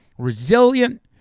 resilient